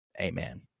amen